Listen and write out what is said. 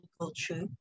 culture